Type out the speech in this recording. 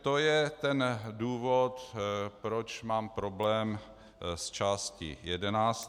To je ten důvod, proč mám problém s částí 11.